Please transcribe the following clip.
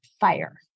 fire